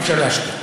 אי-אפשר להשתיק.